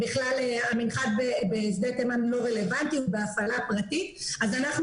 המנחת בשדה תימן לא רלוונטי והוא בהפעלה פרטית ולכן